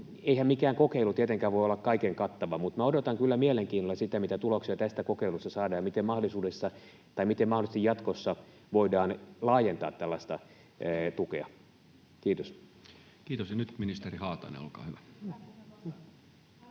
eihän mikään kokeilu tietenkään voi olla kaiken kattava, mutta minä odotan kyllä mielenkiinnolla sitä, mitä tuloksia tästä kokeilusta saadaan ja miten mahdollisesti jatkossa voidaan laajentaa tällaista tukea. — Kiitos. [Speech 171] Speaker: Toinen varapuhemies